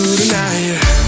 tonight